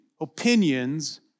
opinions